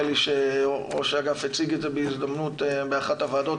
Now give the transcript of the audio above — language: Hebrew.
לי שראש האגף הציג את זה בהזדמנות באחת הוועדות,